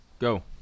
Go